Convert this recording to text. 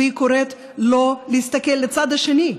והיא קוראת לא להסתכל לצד השני.